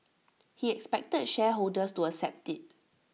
he expected shareholders to accept IT